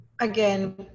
again